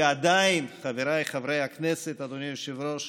ועדיין, חבריי חברי הכנסת, אדוני היושב-ראש,